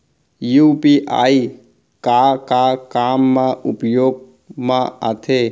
UPI का का काम मा उपयोग मा आथे?